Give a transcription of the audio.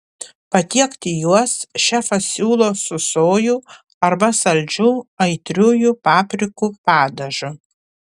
patiekti juos šefas siūlo su sojų arba saldžiu aitriųjų paprikų padažu